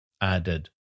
added